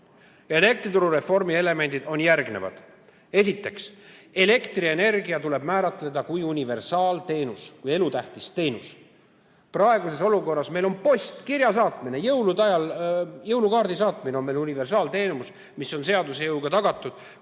Elektrituru reformi elemendid on järgmised. Esiteks, elektrienergia tuleb määratleda kui universaalteenus, kui elutähtis teenus. Praeguses olukorras on meil post, kirja saatmine, jõulude ajal jõulukaardi saatmine, universaalteenus, mis on seaduse jõuga tagatud.